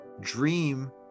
dream